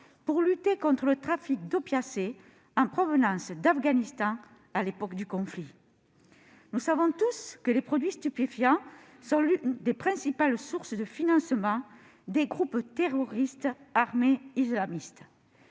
pour lutter contre le trafic d'opiacés en provenance d'Afghanistan à l'époque du conflit. Nous savons tous que les produits stupéfiants sont l'une des principales sources de financement des groupes terroristes armés islamistes.